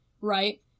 Right